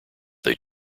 they